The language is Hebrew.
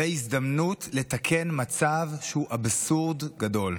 והזדמנות לתקן מצב שהוא אבסורד גדול.